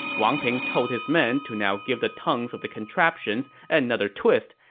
wang ping told his men to now give the tongues of the contraptions another twist,